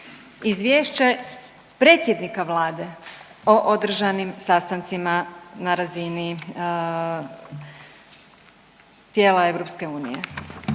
Izvješće predsjednika vlade o održanim sastancima na razini tijela EU.